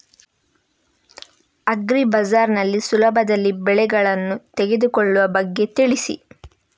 agri Bazaar ನಲ್ಲಿ ಸುಲಭದಲ್ಲಿ ಬೆಳೆಗಳನ್ನು ತೆಗೆದುಕೊಳ್ಳುವ ಬಗ್ಗೆ ತಿಳಿಸಿ